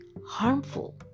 harmful